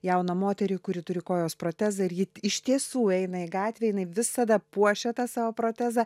jauną moterį kuri turi kojos protezą ir ji iš tiesų eina į gatvę jinai visada puošia tą savo protezą